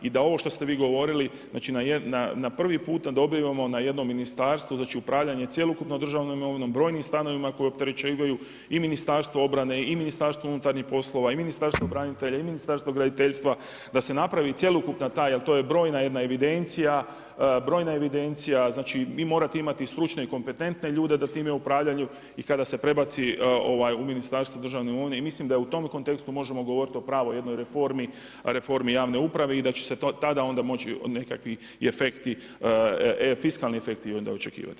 I da ovo što ste vi govorili, znači, na prvi put dobivamo na jedno ministarstvo, znači upravljanje cjelokupnom državnom imovinom, brojnim stanovima koji opterećivaju i Ministarstvo obrane i Ministarstvo unutarnjih poslova i Ministarstvo branitelja i Ministarstvo graditeljstva, da se napravi cjelokupna ta jer to je brojna jedna evidencija, brojna evidencija znači, vi morate imati stručne i kompetentne ljude da time upravljaju i kada se prebaci u Ministarstvo državne imovine i mislim da u tom kontekstu možemo govoriti o pravoj jednoj reformi, reformi javne uprave i da će se tada onda moći nekakvi i efekti fiskalni, fiskalni efekti onda i očekivati.